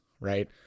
right